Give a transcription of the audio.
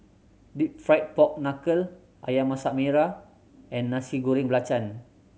Deep Fried Pork Knuckle Ayam Masak Merah and Nasi Goreng Belacan